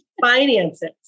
finances